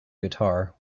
guitar